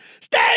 Stay